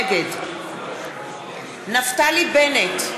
נגד נפתלי בנט,